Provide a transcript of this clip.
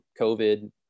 COVID